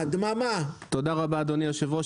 תודה רבה, אדוני היושב-ראש.